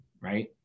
right